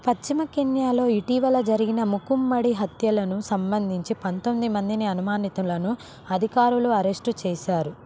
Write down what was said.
పశ్చిమ కెన్యాలో ఇటీవల జరిగిన మూకుమ్మడి హత్యలకు సంబంధించి పంతొమ్మిది మందిని అనుమానితులను అధికారులు అరెస్టు చేశారు